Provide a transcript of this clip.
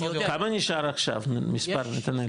כמה נשאר עכשיו, מספר, נתנאל?